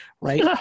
right